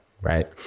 right